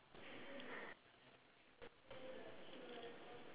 smelling another pie